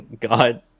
God